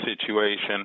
situation